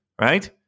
right